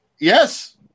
Yes